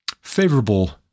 favorable